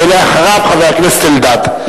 ואחריו, חבר הכנסת אלדד.